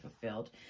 fulfilled